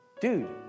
Dude